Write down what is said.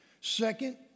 Second